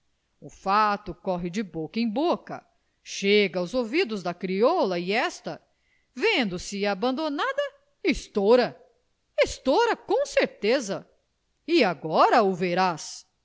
o fato corre de boca em boca chega aos ouvidos da crioula e esta vendo-se abandonada estoura estoura com certeza e agora o verás